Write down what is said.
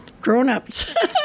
grown-ups